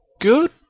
good